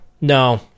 No